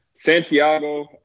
Santiago